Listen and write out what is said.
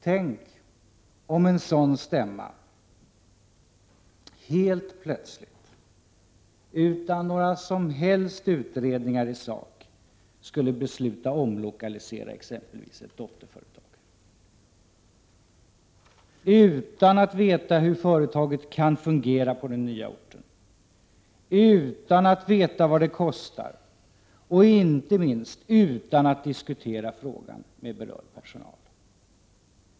Tänk, om en sådan stämma helt plötsligt, utan några som helst utredningar i sak, skulle besluta omlokalisera exempelvis ett dotterföretag — utan att veta hur företaget kan fungera på den nya orten, utan att veta vad det kostar och, inte minst, utan att diskutera frågan med berörd personal.